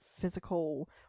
physical